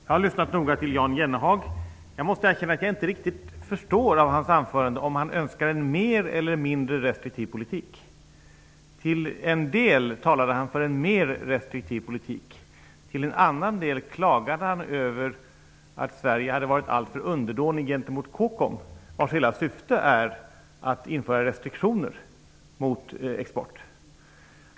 Jag har lyssnat noga till Jan Jennehag. Jag måste erkänna att jag inte riktigt förstår av hans anförande om han önskar en mer eller en mindre restriktiv politik. Till en del talade han för en mer restriktiv politik, till en annan del klagade han över att Sverige hade varit alltför underdånigt gentemot COCOM, vars hela syfte var att införa restriktioner mot export.